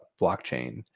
blockchain